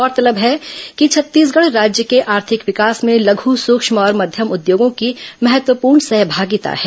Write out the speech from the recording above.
गौरतलब है कि ्छत्तीसगढ़ राज्य के आर्थिक विकास में लघु सूक्ष्म और मध्यम उद्योगों की महत्वपूर्ण सहभागिता है